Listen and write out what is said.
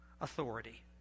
authority